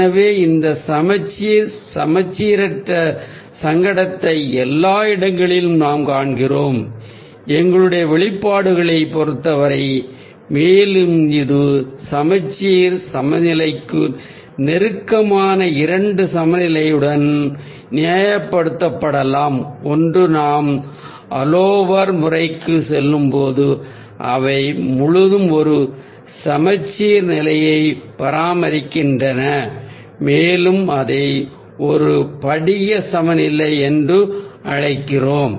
எனவே இந்த சமச்சீர் சமச்சீரற்ற சங்கடத்தை எல்லா இடங்களிலும் நாம் காண்கிறோம் எங்களுடைய வெளிப்பாடுகளைப் பொருத்தவரை மேலும் இது சமச்சீர் சமநிலைக்கு நெருக்கமான இரண்டு சமநிலையுடன் நியாயப்படுத்தப்படலாம் ஒன்று நாம் ஆல் ஓவர் முறைக்குச் செல்லும்போது அவை முழுவதும் ஒரு சமச்சீர்நிலையைப் பராமரிக்கின்றன மேலும் அதை ஒரு க்ரிஸ்டலோகிராபிக் சமநிலை என்று அழைக்கிறோம்